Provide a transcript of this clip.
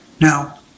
Now